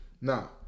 Now